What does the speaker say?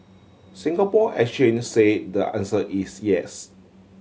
Singapore Exchange say the answer is yes